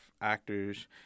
actors